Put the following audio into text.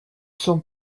sens